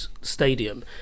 Stadium